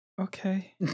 okay